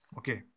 okay